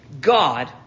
God